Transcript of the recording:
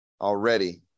already